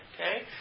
okay